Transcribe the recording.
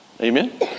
Amen